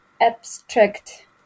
abstract